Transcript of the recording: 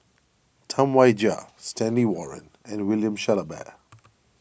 Tam Wai Jia Stanley Warren and William Shellabear